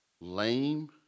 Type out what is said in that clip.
lame